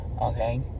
Okay